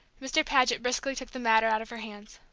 mr. paget briskly took the matter out of her hands.